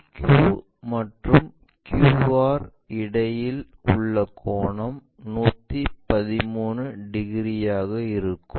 PQ மற்றும் QR இடையில் உள்ள கோணம் 113 டிகிரியாக இருக்கும்